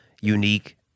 unique